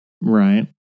Right